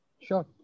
Sure